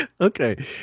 Okay